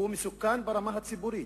והוא מסוכן ברמה הציבורית,